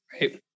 right